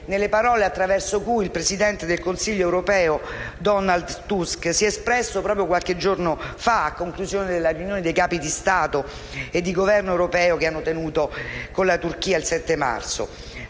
dalle parole attraverso cui il presidente del Consiglio europeo Donald Tusk si è espresso proprio qualche giorno fa, a conclusione della riunione dei Capi di Stato e di Governo europei con la Turchia il 7 marzo.